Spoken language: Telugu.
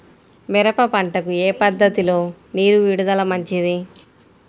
మిరప పంటకు ఏ పద్ధతిలో నీరు విడుదల మంచిది?